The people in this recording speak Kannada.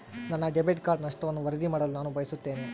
ನನ್ನ ಡೆಬಿಟ್ ಕಾರ್ಡ್ ನಷ್ಟವನ್ನು ವರದಿ ಮಾಡಲು ನಾನು ಬಯಸುತ್ತೇನೆ